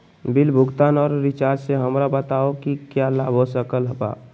Bill भुगतान और recharge से हमरा बताओ कि क्या लाभ हो सकल बा?